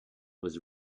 was